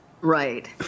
Right